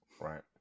Right